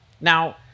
now